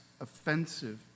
offensive